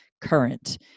current